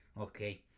Okay